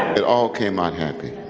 it all came out happy.